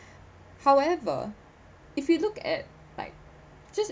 however if we look at like just